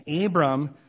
Abram